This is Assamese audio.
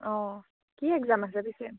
অঁ কি এগজাম আছে পিছে